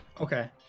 Okay